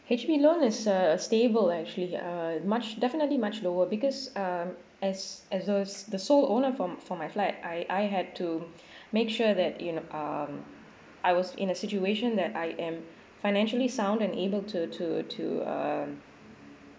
H_B loan is uh stable actually uh much definitely much lower because um as as the sole owner from for my flat I I had to make sure that you kno~ um I was in a situation that I am financially sound and able to to to uh